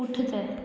पुठिते